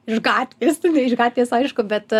iš gatvės nu ne iš gatvės aišku bet